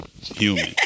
human